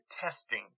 testing